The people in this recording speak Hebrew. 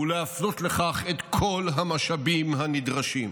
ולהפנות לכך את כל המשאבים הנדרשים.